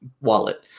wallet